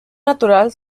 natural